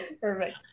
perfect